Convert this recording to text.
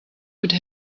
could